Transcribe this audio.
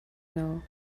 know